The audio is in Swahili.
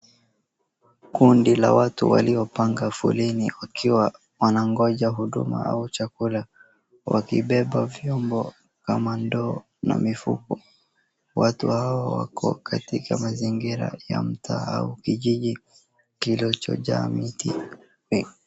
Kundi la watu waliopanga foleni wakiwa wanangoja huduma au chakula, wakibeba vyombo kama ndoo na mifuko. Watu hawa wako katika mazingira ya mtaa au kijiji kilichojaa miti.